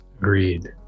Agreed